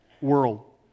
world